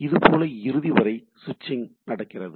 இதுபோல இறுதிவரை ஸ்விட்சிங் நடக்கிறது